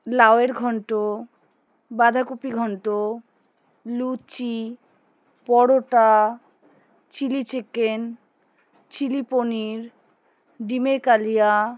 লাউয়ের ঘন্ট বাঁধাকপি ঘন্ট লুচি paratha chili chicken chili paneer ডিমের কালিয়া